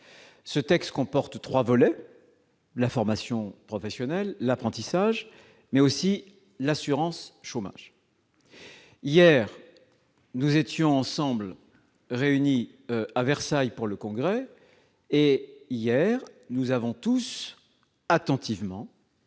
important, comporte trois volets : la formation professionnelle, l'apprentissage, mais aussi l'assurance chômage. Hier, nous étions réunis à Versailles en Congrès et nous avons tous attentivement